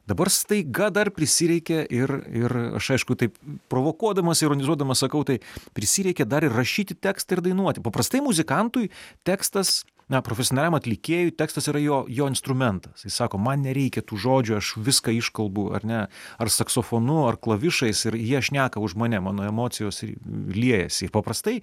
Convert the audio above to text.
dabar staiga dar prisireikė ir ir aš aišku taip provokuodamas ironizuodamas sakau tai prisireikė dar ir rašyti tekstą ir dainuoti paprastai muzikantui tekstas na profesionaliam atlikėjui tekstas yra jo jo instrumentas jis sako man nereikia tų žodžių aš viską iškalbu ar ne ar saksofonu ar klavišais ir jie šneka už mane mano emocijos liejasi ir paprastai